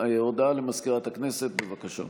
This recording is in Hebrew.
הודעה למזכירת הכנסת, בבקשה.